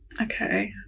okay